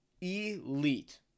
Elite